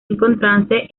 encontrarse